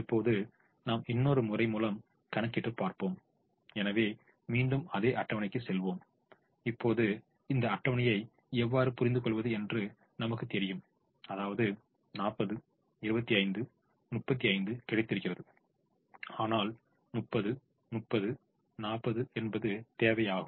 இப்போது நாம் இன்னொரு முறை மூலம் கணக்கிட்டு பாப்போம் எனவே மீண்டும் அதே அட்டவணைக்குச் செல்வோம் இப்போது இந்த அட்டவணையை எவ்வாறு புரிந்துகொள்வது என்று நமக்குத் தெரியும் அதாவது 40 25 35 கிடைத்திருக்கிறது ஆனால் 30 30 40 தேவையாகும்